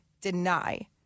deny